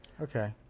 Okay